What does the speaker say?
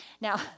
Now